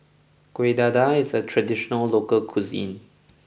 Kueh Dadar is a traditional local cuisine